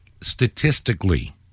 statistically